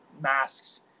Masks